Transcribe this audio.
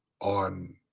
on